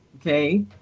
Okay